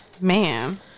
Ma'am